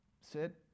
sit